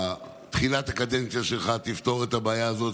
שבתחילת הקדנציה שלך תפתור את הבעיה הזאת,